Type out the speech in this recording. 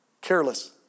careless